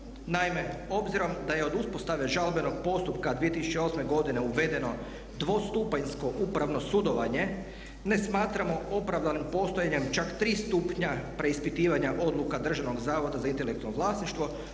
Naime, obzirom da je od uspostave žalbenog postupka 2008. godine uvedeno dvostupanjsko upravno sudovanje ne smatramo opravdanim postojanje čak 3 stupnja preispitivanja odluka Državnog zavoda za intelektualno vlasništvo